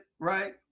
right